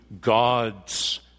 God's